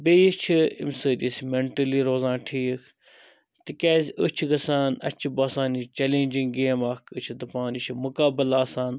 بیٚیہِ چھِ اَمہِ سۭتۍ أسۍ مٮ۪نٹلی روزان ٹھیٖک تکیازِ أسۍ چھِ گَژھان اَسہِ چھ باسان چیلینٛجِنٛگ گیم اکھ أسۍ چھِ دَپان یہِ چھِ مُقابل آسان